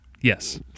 Yes